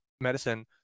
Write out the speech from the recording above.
medicine